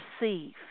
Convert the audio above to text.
receive